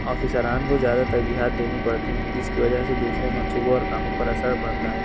آفسران کو ذیادہ ترجیحات دینی پڑتی ہیں جس کی جہ سے دوسرے منصوبوں اور کاموں پر اثر پڑتا ہے